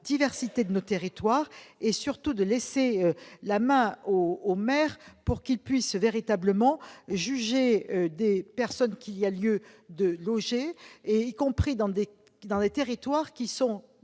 diversité des territoires. Surtout, elles ont pour but de laisser la main aux maires, pour qu'ils puissent véritablement décider des personnes qu'il y a lieu de loger, y compris dans des territoires tout